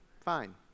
Fine